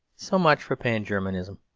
so much for pan-germanism.